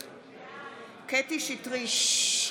בעד יפעת שאשא ביטון,